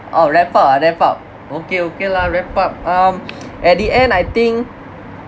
oh wrap up ah wrap up okay okay lah wrap up um at the end I think